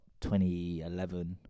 2011